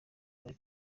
muri